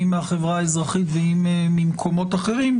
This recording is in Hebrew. אם מהחברה האזרחית ואם ממקומות אחרים,